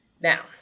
Now